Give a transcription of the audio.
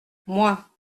moi